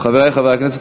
חברי חברי הכנסת,